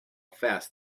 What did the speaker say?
fast